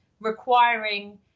requiring